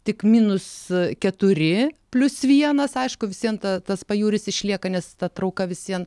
tik minus keturi plius vienas aišku visvien ta tas pajūris išlieka nes ta trauka visvien